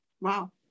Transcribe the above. Wow